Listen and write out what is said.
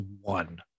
one